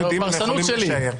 אני לא יודע, זאת פרשנות שלי.